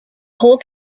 whole